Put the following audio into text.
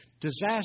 disaster